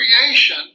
creation